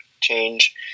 change